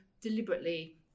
deliberately